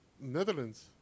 Netherlands